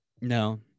No